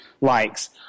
likes